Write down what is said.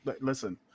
listen